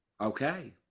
Okay